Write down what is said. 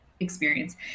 experience